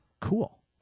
Cool